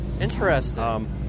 Interesting